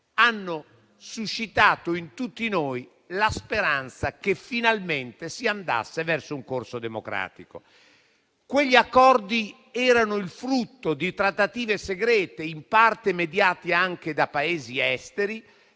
hanno suscitato in tutti noi la speranza che finalmente si andasse verso un corso democratico. Quegli accordi erano il frutto di trattative segrete, in parte mediate anche da Paesi esteri,